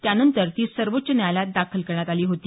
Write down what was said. त्यानंतर ती सर्वोच्च न्यायालयात दाखल करण्यात आली होती